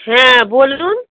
হ্যাঁ বলুন